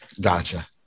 Gotcha